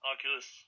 Oculus